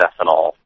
ethanol